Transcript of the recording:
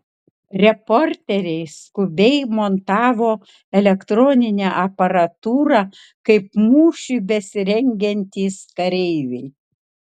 reporteriai skubiai montavo elektroninę aparatūrą kaip mūšiui besirengiantys kareiviai